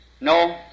No